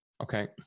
Okay